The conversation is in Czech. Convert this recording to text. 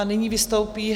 Nyní vystoupí...